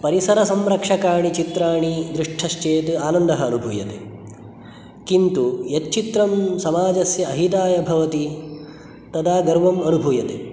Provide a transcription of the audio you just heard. परिसरसंरक्षकानि चित्राणि दृष्ठश्चेत् आनन्दः अनुभूयते किन्तु यच्चित्रं समाजस्य अहिताय भवति तदा गर्वम् अनुभूयते